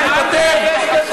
להתפטר.